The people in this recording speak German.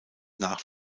nach